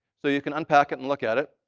so you can unpack it and look at it.